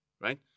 right